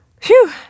Phew